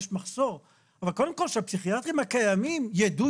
יש מחסור אבל קודם כל שהפסיכיאטרים הקיימים ידעו